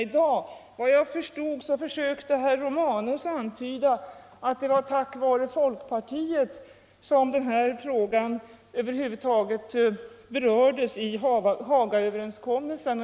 Såvitt jag förstod försökte herr Romanus antyda att det var tack vare folkpartiet som den här frågan över huvud taget berördes i Hagaöverenskommelsen.